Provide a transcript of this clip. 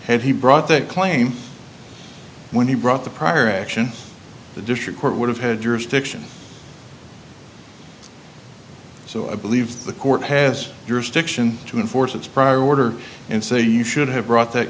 had he brought that claim when he brought the prior action the district court would have had jurisdiction so i believe the court has jurisdiction to enforce its prior order and say you should have